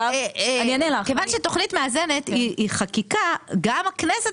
כיוון שתוכנית מאזנת היא חקיקה גם הכנסת